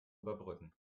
überbrücken